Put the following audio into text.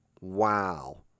wow